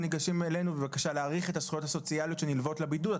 ניגשים אלינו בבקשה להאריך את הזכויות הסוציאליות שנלוות לבידוד,